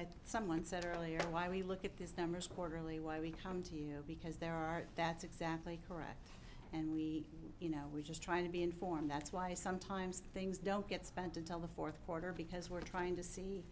and someone said earlier why we look at these numbers quarterly why we come to you because there are that's exactly correct and we you know we're just trying to be informed that's why sometimes things don't get spent until the fourth quarter because we're trying to see